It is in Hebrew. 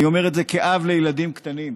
אני אומר את זה כאב לילדים קטנים,